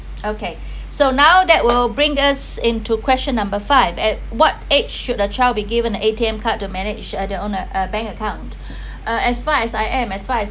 okay so now that will bring us into question number five at what age should a child be given a A_T_M card to manage their own uh bank account uh as far as I am as far as